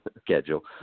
Schedule